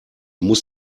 muss